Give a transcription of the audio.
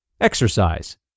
Exercise